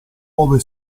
ove